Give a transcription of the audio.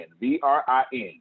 V-R-I-N